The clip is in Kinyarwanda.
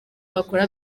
bakora